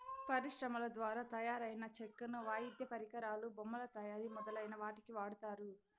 పరిశ్రమల ద్వారా తయారైన చెక్కను వాయిద్య పరికరాలు, బొమ్మల తయారీ మొదలైన వాటికి వాడతారు